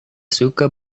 suka